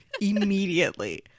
immediately